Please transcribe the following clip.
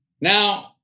Now